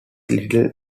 little